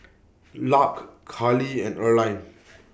Lark Carlie and Erline